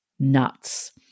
Nuts